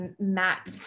Matt